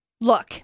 Look